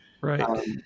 Right